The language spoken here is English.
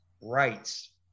rights